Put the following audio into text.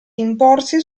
imporsi